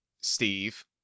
Steve